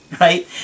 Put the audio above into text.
right